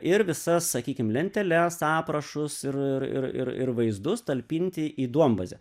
ir visas sakykim lenteles aprašus ir ir ir ir vaizdus talpinti į duombazę